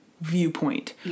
viewpoint